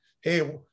hey